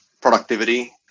productivity